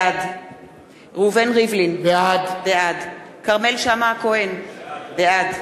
בעד ראובן ריבלין, בעד כרמל שאמה-הכהן, בעד